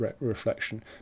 reflection